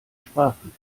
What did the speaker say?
sprachen